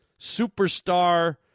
superstar